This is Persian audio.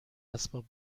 اسباب